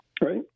Right